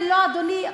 אדוני,